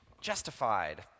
justified